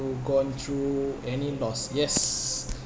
gone through any loss yes